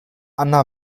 anna